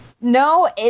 No